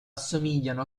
assomigliano